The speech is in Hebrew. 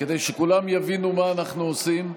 כדי שכולם יבינו מה אנחנו עושים.